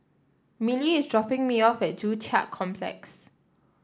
Milly is dropping me off at Joo Chiat Complex